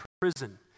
prison